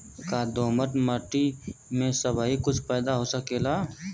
का दोमट माटी में सबही कुछ पैदा हो सकेला?